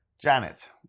Janet